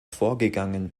vorgegangen